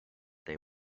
they